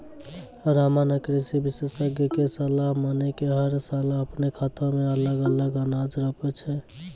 रामा नॅ कृषि विशेषज्ञ के सलाह मानी कॅ हर साल आपनों खेतो मॅ अलग अलग अनाज रोपै छै